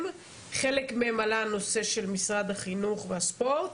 חלק מהם עלה הנושא של משרד החינוך והספורט,